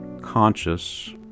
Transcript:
conscious